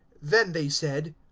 then they said,